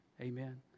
Amen